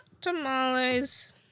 tamales